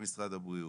במשרד הבריאות,